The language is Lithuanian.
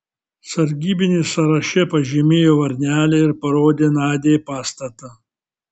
sargybinis sąraše pažymėjo varnelę ir parodė nadiai pastatą